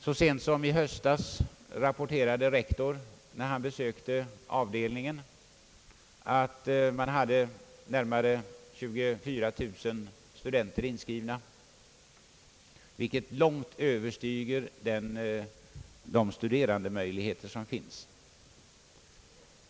Så sent som i höstas rapporterade rektor, när han besökte utskottsavdelningen, att man hade närmare 24 000 studenter inskrivna, vilket långt överstiger de studerandemöjligheter som finns.